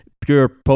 pure